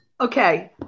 Okay